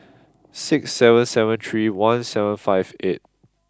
six seven seven three one seven five eight